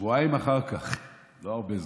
שבועיים אחר כך, לא הרבה זמן,